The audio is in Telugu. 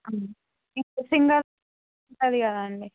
ఇంకా సింగిల్ ఉంటుంది కదండి